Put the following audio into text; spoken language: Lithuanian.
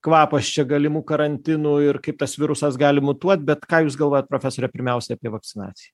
kvapas čia galimų karantinų ir kaip tas virusas gali mutuot bet ką jūs galvojat profesore pirmiausia apie vakcinaciją